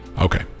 Okay